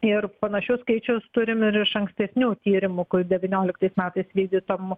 ir panašius skaičius turim ir iš ankstesnių tyrimų kur devynioliktais metais vykdytam